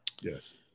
yes